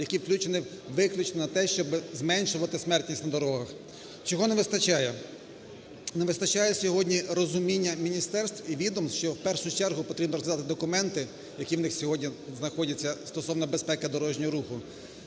які включені виключно в те, щоб зменшувати смертність на дорогах. Цього не вистачає, не вистачає сьогодні розуміння міністерств і відомств, що в першу чергу потрібно розглядати документи, які у них сьогодні знаходяться стосовно безпеки дорожнього руху.